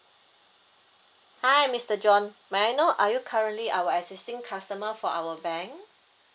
hi mister john may I know are you currently our existing customer for our bank